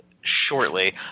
shortly